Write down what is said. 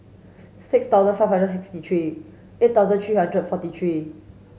six thousand five hundred sixty three eight thousand three hundred forty three